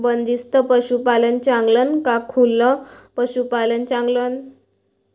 बंदिस्त पशूपालन चांगलं का खुलं पशूपालन चांगलं?